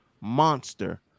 monster